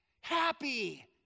Happy